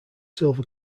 silver